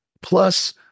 Plus